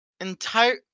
entire